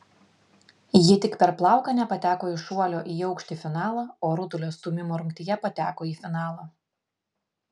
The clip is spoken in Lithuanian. ji tik per plauką nepateko į šuolio į aukštį finalą o rutulio stūmimo rungtyje pateko į finalą